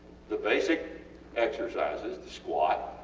the basic exercises, the squat,